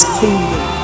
kingdom